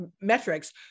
metrics